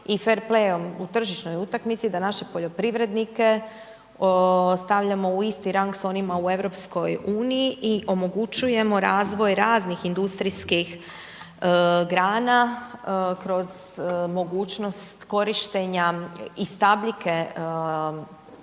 i fer playem u tržišnoj utakmici da naše poljoprivrednike ostavljamo u isti rang s onima u EU i omogućujemo razvoj raznih industrijskih grana kroz mogućnost korištenja i stabljike